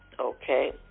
Okay